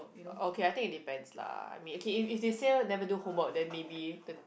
oh okay I think it depends lah I mean okay if they say never do homework then maybe the